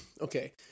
Okay